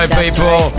people